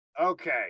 Okay